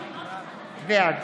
בעד